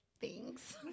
thanks